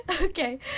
Okay